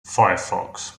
firefox